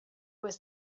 was